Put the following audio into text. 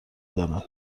دارم